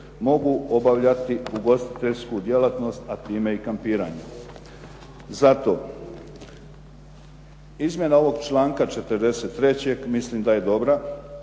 mogu obavljati ugostiteljsku djelatnost, a time i kampiranje. Zato izmjena ovog članka 43. mislim da je dobra